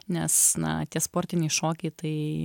nes na tie sportiniai šokiai tai